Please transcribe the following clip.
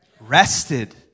rested